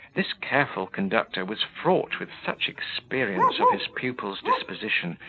this careful conductor was fraught with such experience of his pupil's disposition,